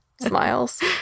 smiles